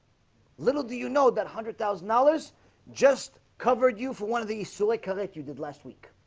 little do you know that hundred thousand dollars just covered you for one of these silica that you did last week